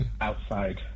outside